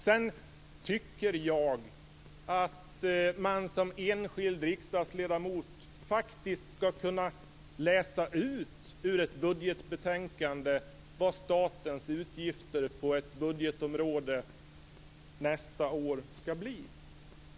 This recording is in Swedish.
Jag tycker att man som enskild riksdagsledamot faktiskt av ett budgetbetänkande skall kunna läsa ut vad statens utgifter på ett budgetområde nästa år skall bli.